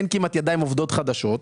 אין כמעט ידיים עובדות חדשות,